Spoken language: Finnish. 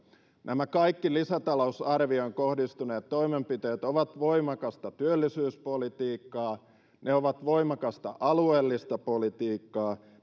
nämä kaikki lisätalousarvioon kohdistuneet toimenpiteet ovat voimakasta työllisyyspolitiikkaa ne ovat voimakasta alueellista politiikkaa